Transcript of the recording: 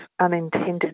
unintended